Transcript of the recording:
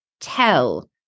tell